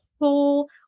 whole